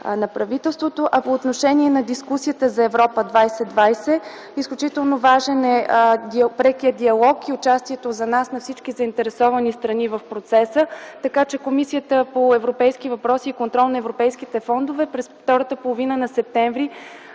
на правителството. А по отношение на дискусията за „Европа 2020”, изключително важен за нас е прекият диалог, участието на всички заинтересовани страни в процеса. Комисията по европейски въпроси и контрол на европейските фондове през втората половина на м. септември